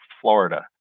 Florida